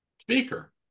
speaker